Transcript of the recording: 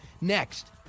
Next